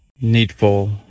Needful